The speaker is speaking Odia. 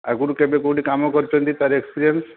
ଆଗରୁ କେବେ କେଉଁଠି କାମ କରିଛନ୍ତି ତା'ର ଏକ୍ସପରିଏନ୍ସ